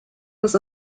was